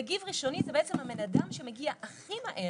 מגיב ראשוני זה בעצם הבן אדם שמגיע הכי מהר.